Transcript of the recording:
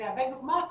כמהווה דוגמה,